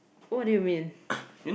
what do you mean